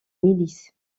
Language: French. milices